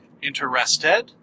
Interested